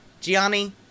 Gianni